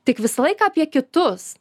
tik visą laiką apie kitus